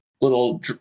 little